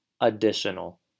additional